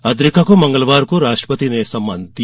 अद्रिका को मंगलवार को राष्ट्रपति ने यह सम्मान दिया